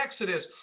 exodus